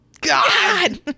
God